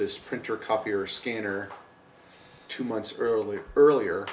this printer copier scanner two months earlier earlier